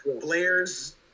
blair's